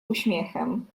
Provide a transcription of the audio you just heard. uśmiechem